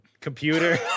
computer